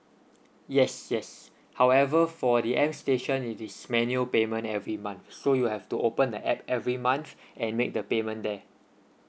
yes yes however for the M station it is manual payment every month so you have to open the app every month and make the payment there